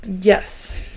Yes